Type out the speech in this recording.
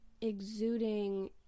exuding